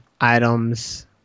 items